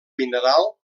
mineral